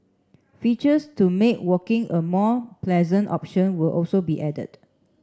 features to make walking a more pleasant option will also be added